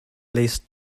least